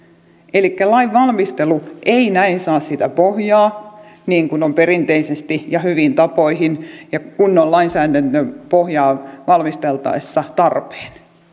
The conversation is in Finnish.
elikkä lainvalmistelu ei näin saa sitä pohjaa niin kuin on perinteisesti ollut ja hyviin tapoihin kuulunut ja kunnon lainsäädännön pohjaa valmisteltaessa tarpeen